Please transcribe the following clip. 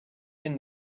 been